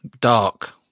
dark